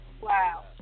Wow